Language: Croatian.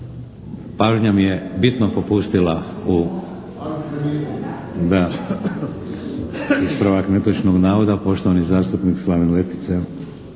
Pažnja mi je bitno popustila. Ispravak netočnog navoda poštovani zastupnik Slaven Letica.